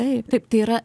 taip tai yra